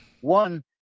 one